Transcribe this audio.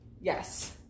Yes